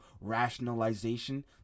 rationalization